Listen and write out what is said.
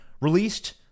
released